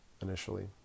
initially